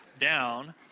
down